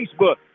Facebook